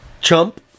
chump